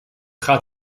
gaat